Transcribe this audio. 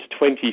20